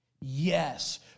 Yes